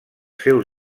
seus